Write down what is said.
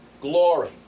glory